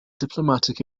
diplomatic